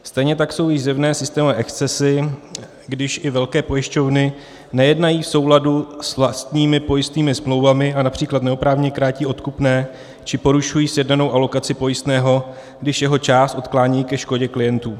Stejně tak jsou již zjevné systémové excesy, když i velké pojišťovny nejednají v souladu s vlastními pojistnými smlouvami a například neoprávněně krátí odkupné či porušují sjednanou alokaci pojistného, když jeho část odklánějí ke škodě klientů.